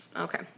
Okay